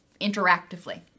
interactively